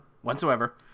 Whatsoever